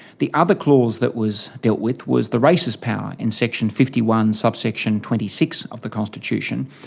the other clause that was dealt with was the races power in section fifty one, subsection twenty six of the constitution.